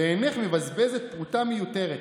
ואינך מבזבזת פרוטה מיותרת.